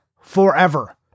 forever